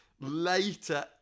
later